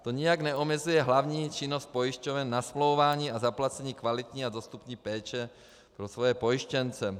To nijak neomezuje hlavní činnost pojišťoven na smlouvání a zaplacení kvalitní a dostupné péče pro svoje pojištěnce.